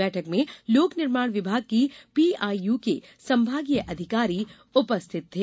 बैठक में लोक निर्माण विभाग की पीआईयु के संभागीय अधिकारी उपस्थित थे